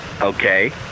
Okay